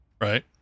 Right